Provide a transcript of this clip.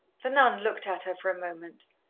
the nun looked at her for a moment.